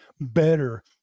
better